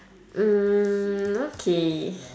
mm okay